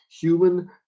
human